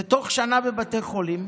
זה תוך שנה בבתי חולים,